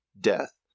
death